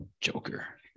joker